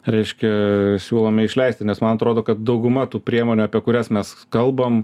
reiškia siūlome išleisti nes man atrodo kad dauguma tų priemonių apie kurias mes kalbam